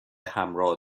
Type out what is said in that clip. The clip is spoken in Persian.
همراه